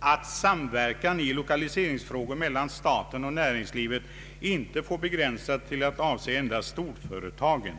att samverkan i lokaliseringsfrågor mellan staten och näringslivet inte får begränsas till att avse endast de större företagen.